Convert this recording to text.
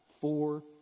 four